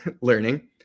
learning